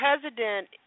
president